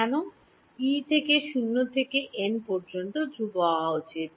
কেন E থেকে 0 থেকে n পর্যন্ত ধ্রুব হওয়া উচিত